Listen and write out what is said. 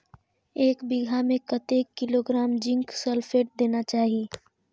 एक बिघा में कतेक किलोग्राम जिंक सल्फेट देना चाही?